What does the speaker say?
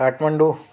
Kathmandu